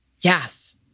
Yes